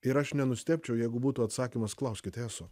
ir aš nenustebčiau jeigu būtų atsakymas klauskite esu